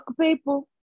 people